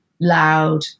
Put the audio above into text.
loud